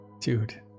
Dude